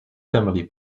family